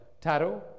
taro